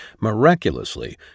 Miraculously